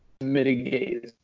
mitigate